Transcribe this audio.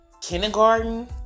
kindergarten